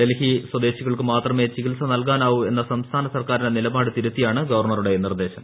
ഡൽഹി സ്വദേശികൾക്കു മാത്രമേട്ടച്ചികിത്സ നൽകാനാവൂ എന്ന സംസ്ഥാന സർക്കാരിന്റെ നിലപാട് തിരുത്തിയാണ് ഗവർണറുടെ നിർദ്ദേശം